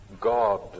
God